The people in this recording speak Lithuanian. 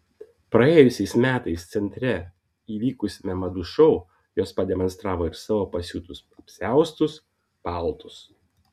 praėjusiais metais centre įvykusiame madų šou jos pademonstravo ir savo pasiūtus apsiaustus paltus